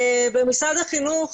ממשרד החינוך,